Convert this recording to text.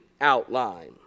outline